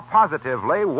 positively